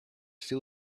feel